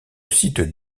site